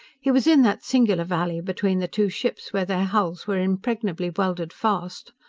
he was in that singular valley between the two ships, where their hulls were impregnably welded fast.